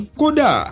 koda